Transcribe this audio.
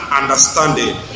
understanding